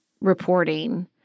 reporting